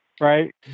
Right